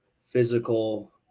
physical